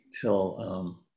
till